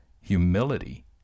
humility